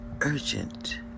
urgent